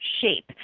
shape